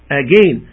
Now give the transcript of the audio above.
again